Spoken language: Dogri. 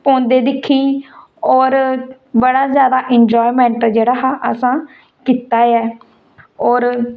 पौंदे दिक्खी होर बड़ा जादा इंजॉयमेंट जेह्ड़ा हा असां कीता ऐ होर